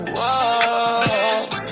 Whoa